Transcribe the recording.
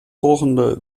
volgende